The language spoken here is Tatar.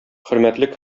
хөрмәтле